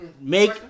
make